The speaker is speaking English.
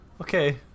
okay